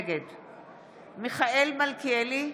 נגד מיכאל מלכיאלי,